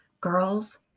Girls